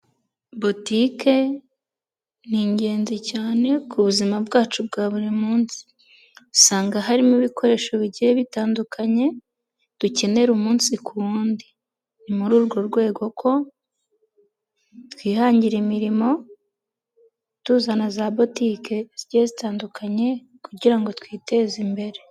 Botike ni ingenzi cyane ku buzima bwacu bwa buri munsi, usanga harimo ibikoresho bigiye bitandukanye, dukenera umunsi ku wundi, ni muri urwo rwego ko twihangira imirimo, tuzana za botike zigiye zitandukanye kugira ngo twiteze imbere.